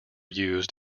used